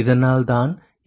அதனால் தான் இந்த ஒன்றை எடுக்கிறோம்